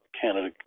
Canada